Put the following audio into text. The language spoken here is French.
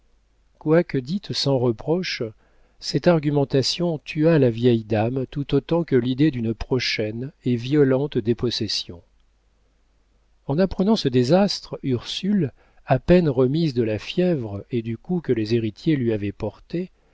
quoique dite sans reproche cette argumentation tua la vieille dame tout autant que l'idée d'une prochaine et violente dépossession en apprenant ce désastre ursule à peine remise de la fièvre et du coup que les héritiers lui avaient porté